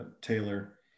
Taylor